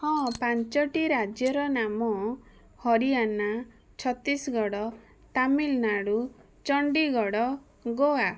ହଁ ପାଞ୍ଚଟି ରାଜ୍ୟର ନାମ ହରିୟାଣା ଛତିଶଗଡ଼ ତାମିଲନାଡ଼ୁ ଚଣ୍ଡୀଗଡ଼ ଗୋଆ